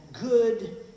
good